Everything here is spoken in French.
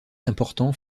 important